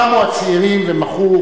קמו הצעירים ומחו,